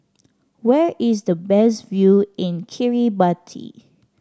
where is the best view in Chiribati